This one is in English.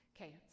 okay